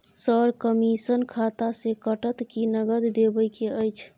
Sir, commission खाता से कटत कि नगद देबै के अएछ?